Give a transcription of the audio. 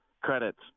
credits